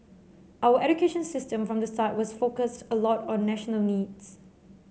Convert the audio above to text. our education system from the start was focused a lot on national needs